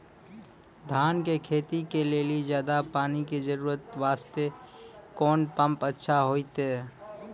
धान के खेती के लेली ज्यादा पानी के जरूरत वास्ते कोंन पम्प अच्छा होइते?